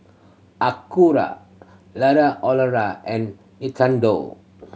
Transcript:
Acura and Nintendo